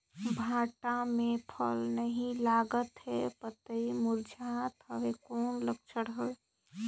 भांटा मे फल नी लागत हे पतई मुरझात हवय कौन लक्षण हे?